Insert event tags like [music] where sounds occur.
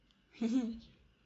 [laughs]